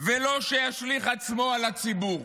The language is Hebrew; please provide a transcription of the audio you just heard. "ולא שישליך עצמו על הציבור".